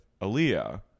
Aaliyah